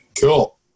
Cool